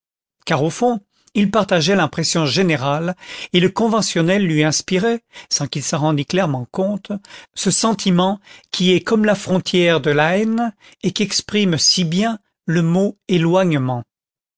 car au fond il partageait l'impression générale et le conventionnel lui inspirait sans qu'il s'en rendît clairement compte ce sentiment qui est comme la frontière de la haine et qu'exprime si bien le mot éloignement